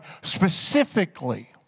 specifically